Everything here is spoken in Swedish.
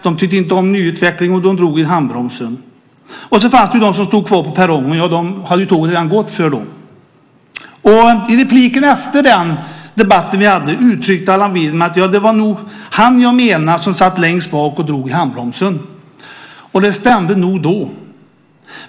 De tyckte inte om nyutveckling och drog i handbromsen. Det fanns också de som stod kvar perrongen. För dem hade tåget redan gått. I en replik efter den debatt vi hade uttryckte Allan Widman: Ja, det var nog han jag menade som satt längst bak och drog i handbromsen. Det stämde nog då.